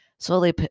slowly